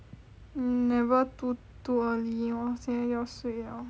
mm never too too early 我现在要睡了